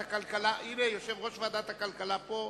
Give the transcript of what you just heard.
הנה, יושב-ראש ועדת הכלכלה פה.